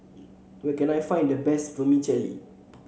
where can I find the best Vermicelli